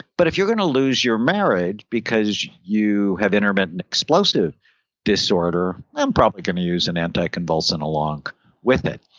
but if you're going to lose your marriage because you had intermittent explosive disorder, i'm probably going to use an anti-convulsant along with it.